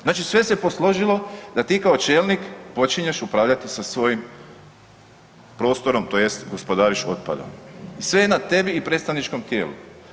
Znači sve se posložilo da ti kao čelnik počinješ upravljati sa svojim prostorom tj. gospodariš otpadom i sve je na tebi i predstavničkom tijelu.